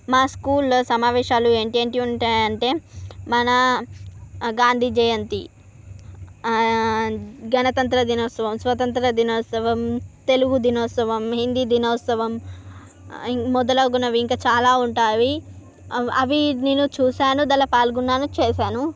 మా స్కూల్లో సమావేశాలు ఏంటి ఏంటివి ఉంటాయి అంటే మన గాంధీ జయంతి గణతంత్ర దినోత్సవం స్వతంత్ర దినోత్సవం తెలుగు దినోత్సవం హిందీ దినోత్సవం మొదలగునవి ఇంకా చాలా ఉంటావి అవి అవి నేను చూశాను దాంట్లో పాల్గొన్నాను చేశాను